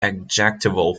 adjectival